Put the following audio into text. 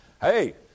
Hey